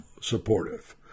supportive